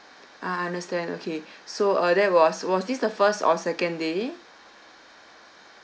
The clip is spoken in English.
ah understand okay so uh that was was this the first or second day